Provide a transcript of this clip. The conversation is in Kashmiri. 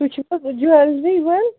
تُہۍ چھُو حظ جِوٮ۪لری وٲلۍ